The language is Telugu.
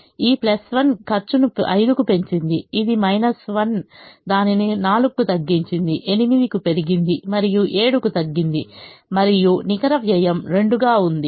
ఈ 1 ఖర్చును 5 కు పెంచింది ఇది 1 దానిని 4 కు తగ్గించింది 8 కు పెరిగింది మరియు 7 కు తగ్గింది మరియు నికర వ్యయం 2 గా ఉంది